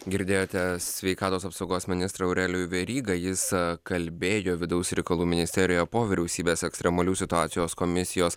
girdėjote sveikatos apsaugos ministrą aurelijų verygą jis kalbėjo vidaus reikalų ministerijoje po vyriausybės ekstremalių situacijos komisijos